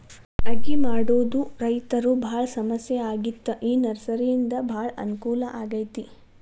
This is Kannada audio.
ಅಗಿ ಮಾಡುದ ರೈತರು ಬಾಳ ಸಮಸ್ಯೆ ಆಗಿತ್ತ ಈ ನರ್ಸರಿಯಿಂದ ಬಾಳ ಅನಕೂಲ ಆಗೈತಿ